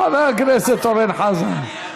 חבר הכנסת אורן חזן,